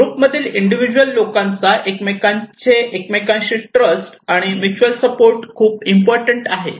ग्रुपमधील इंडिव्हिज्युअल लोकांचा एकमेकांचे एकमेकांशी ट्रस्ट अँड मुतुअल सपोर्ट खुप इम्पॉर्टंट आहे